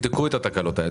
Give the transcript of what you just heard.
תבדקו את התקלות האלה.